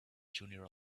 junior